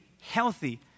healthy